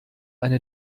eine